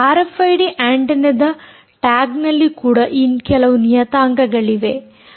RFID antenna ದ tag ನಲ್ಲಿ ಕೂಡ ಈ ಕೆಲವು ನಿಯತಾಂಕಗಳಿವೆ